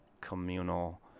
communal